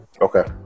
Okay